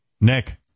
Nick